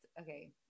okay